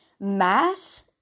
mass